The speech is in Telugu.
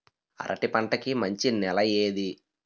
అరటి పంట కి మంచి నెల ఏది?